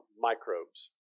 microbes